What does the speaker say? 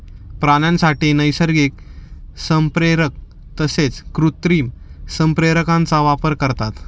प्राण्यांसाठी नैसर्गिक संप्रेरक तसेच कृत्रिम संप्रेरकांचा वापर करतात